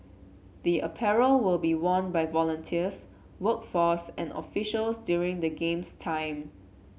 the apparel will be worn by volunteers workforce and officials during the Games time